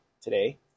today